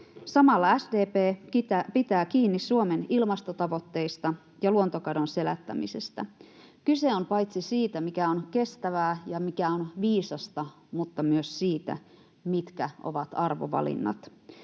Samalla SDP pitää kiinni Suomen ilmastotavoitteista ja luontokadon selättämisestä. Kyse on paitsi siitä, mikä on kestävää ja mikä on viisasta, myös siitä, mitkä ovat arvovalinnat.